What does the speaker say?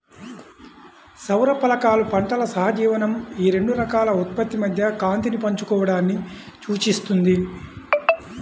సౌర ఫలకాలు పంటల సహజీవనం ఈ రెండు రకాల ఉత్పత్తి మధ్య కాంతిని పంచుకోవడాన్ని సూచిస్తుంది